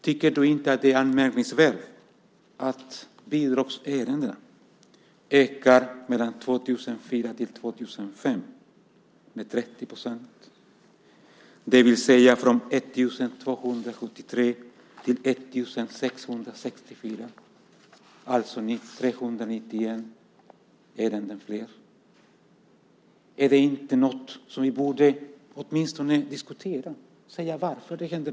Tycker du inte att det är anmärkningsvärt att bidragsärendena ökar från 2004 till 2005 med 30 %, det vill säga från 1 273 till 1 664? Det är alltså 391 fler ärenden. Är det inte något som vi åtminstone borde diskutera och tala om varför detta hände?